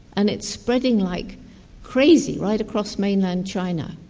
and it's spreading like crazy right across mainland china.